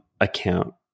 account